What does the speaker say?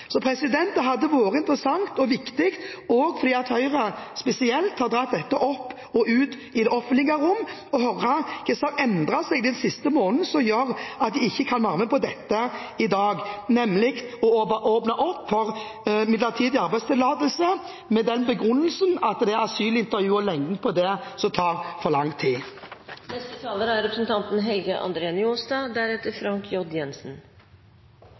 Så det hadde vært interessant og viktig – også fordi Høyre spesielt har dratt denne saken opp og ut i det offentlige rom – å få høre hva som har endret seg den siste måneden som gjør at de ikke kan være med på dette i dag, nemlig å åpne opp for midlertidig arbeidstillatelse med den begrunnelsen at det er asylintervjuet og ventetiden på det som tar for lang tid. For Framstegspartiet har god integrering alltid vore viktig. Eg er